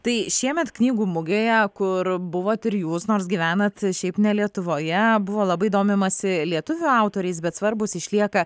tai šiemet knygų mugėje kur buvot ir jūs nors gyvenat šiaip ne lietuvoje buvo labai domimasi lietuvių autoriais bet svarbūs išlieka